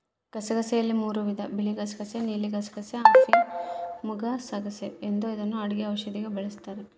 ಗಸಗಸೆಯಲ್ಲಿ ಮೂರೂ ವಿಧ ಬಿಳಿಗಸಗಸೆ ನೀಲಿಗಸಗಸೆ, ಅಫಿಮುಗಸಗಸೆ ಎಂದು ಇದನ್ನು ಅಡುಗೆ ಔಷಧಿಗೆ ಬಳಸ್ತಾರ